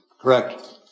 Correct